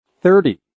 thirty